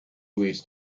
ways